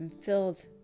filled